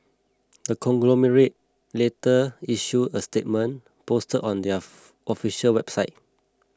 the conglomerate later issued a statement posted on their official website